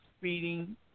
speeding